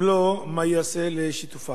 4. אם כן, מה ייעשה לשיתופה?